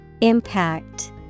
Impact